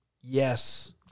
Yes